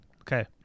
Okay